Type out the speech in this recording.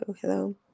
hello